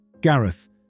Gareth